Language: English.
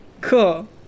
Cool